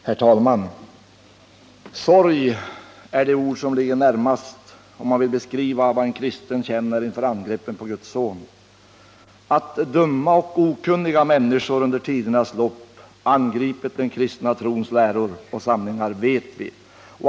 Herr talman! Sorg — det är det ord som ligger närmast, om man vill beskriva vad en kristen känner inför angreppen på Guds Son. Att dumma och okunniga människor under tidernas lopp angripit den kristna trons läror och sanningar vet vi.